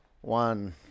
one